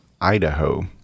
Idaho